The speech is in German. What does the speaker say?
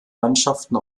mannschaften